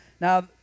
Now